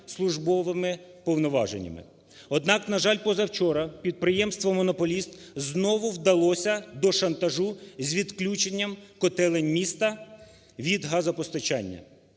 службовими повноваженнями. Однак, на жаль, позавчора підприємство-монополіст знову вдалося до шантажу з відключенням котелень міста від газопостачання.